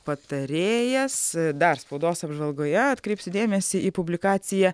patarėjas dar spaudos apžvalgoje atkreipsiu dėmesį į publikaciją